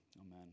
Amen